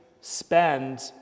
spend